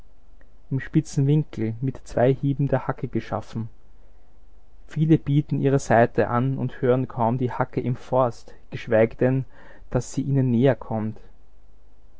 im spitzen winkel mit zwei hieben der hacke geschaffen viele bieten ihre seite an und hören kaum die hacke im forst geschweige denn daß sie ihnen näher